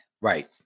Right